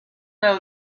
know